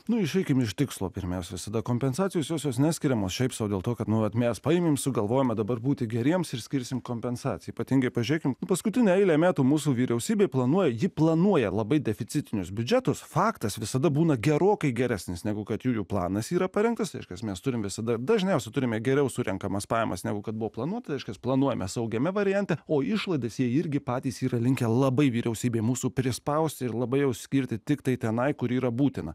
neišeikime iš tikslo pirmiausia visada kompensacijos josios neskiriamos šiaip sau dėl to kad nuolat mes paėmėme sugalvojome dabar būti geriems ir skirsime kompensaciją ypatingai pažiūrėkime paskutinę eilę metų mūsų vyriausybė planuoja planuoja labai deficitinius biudžetus faktas visada būna gerokai geresnis negu kad jų planas yra parengtas reiškias mes turime visada dažniausiai turime geriau surenkamas pajamas negu kad buvo planuota aiškias planuojame saugiame variante o išlaidas jie irgi patys yra linkę labai vyriausybė mūsų prispausti ir labai jau skirti tiktai tenai kur yra būtina